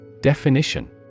Definition